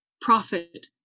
profit